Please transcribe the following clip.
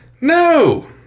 No